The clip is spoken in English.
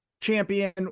champion